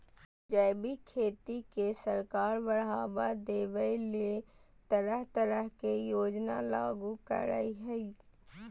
जैविक खेती के सरकार बढ़ाबा देबय ले तरह तरह के योजना लागू करई हई